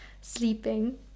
sleeping